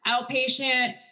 outpatient